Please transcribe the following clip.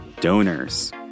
donors